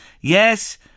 Yes